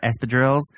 espadrilles